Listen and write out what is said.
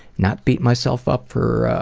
not beat myself up for